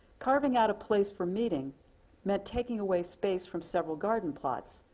carving out a place for meeting meant taking away space from several garden plots,